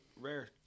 rare